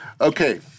Okay